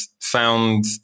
found